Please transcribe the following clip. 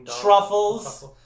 Truffles